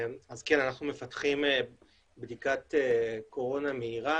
אנחנו מפתחים בדיקת קורונה מהירה